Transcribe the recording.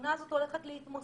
התלונה הזו הולכת להתמוסס.